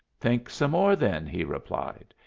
think some more, then, he replied.